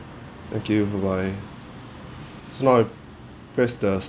thank you bye bye so now I press the